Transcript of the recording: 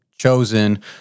chosen